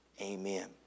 Amen